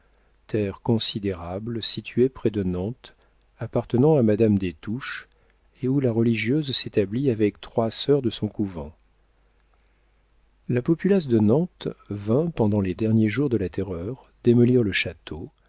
considérable située près de nantes appartenant à madame des touches et où la religieuse s'établit avec trois sœurs de son couvent la populace de nantes vint pendant les derniers jours de la terreur démolir le château